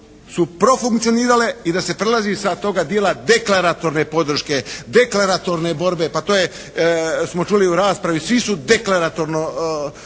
su profunkcionirale i da se prelaze sa toga dijela deklaratorne podrške, deklaratorne borbe. Pa to je, smo čuli u raspravi, svi su deklaratorno